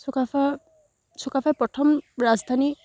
চুকাফা চুকাফাই প্ৰথম ৰাজধানী